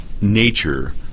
nature